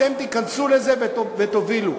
אתם תיכנסו לזה ותובילו.